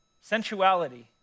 sensuality